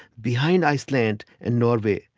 behind iceland and norway.